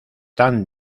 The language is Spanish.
tan